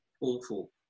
awful